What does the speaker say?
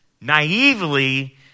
naively